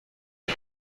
die